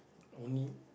only